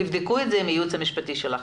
תבדקו את זה עם הייעוץ המשפטי שלכם.